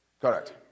correct